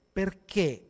perché